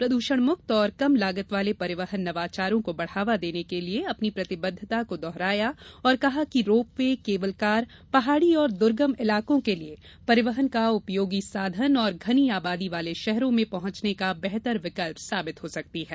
प्रद्षण मुक्त और कम लागत वाले परिवहन नवाचारों को बढ़ावा देने के लिए अपनी प्रतिबद्धता को दोहराया और कहा कि रोप वे केबल कार पहाड़ी और दुर्गम इलाकों के लिए परिवहन का उपयोगी साधन और घनी आबादी वाले शहरों में पहुंचने का बेहतर विकल्प साबित हो सकती है